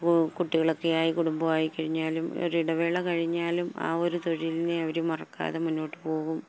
കുട്ടികളൊക്കെയായി കുടുംബമായിക്കഴിഞ്ഞാലും ഒരു ഇടവേള കഴിഞ്ഞാലും ആ ഒരു തൊഴിലിനെ അവര് മറക്കാതെ മുന്നോട്ടുപോകും